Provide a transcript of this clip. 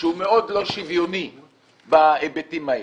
שהוא מאוד לא שוויוני בהיבטים האלה,